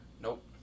Nope